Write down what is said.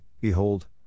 Behold